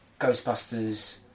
Ghostbusters